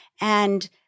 and-